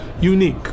Unique